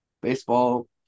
baseball